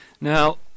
Now